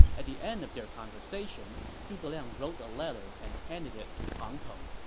at the end of their conversation, zhuge liang wrote a letter and handed it to pang tong